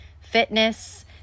fitness